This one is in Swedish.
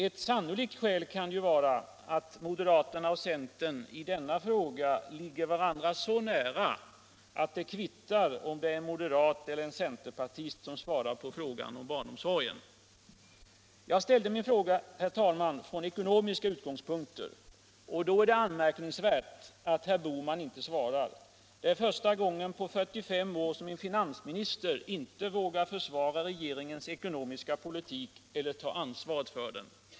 Ewt troligt skäl är nog att moderaterna och centern i denna fråga ligger varandra så nära att det kvittar om det är en moderat eller en centerpartist som svarar på frågan om barnomsorgen. Jag ställde min fråga, herr talman, från ekonomiska utgångspunkter. Då är det anmärkningsvärt att herr Bohman inte svarar. Det är första gången på 45 år som en finansminister inte vågar försvara regeringens ekonomiska politik eller ta ansvar för den!